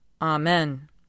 Amen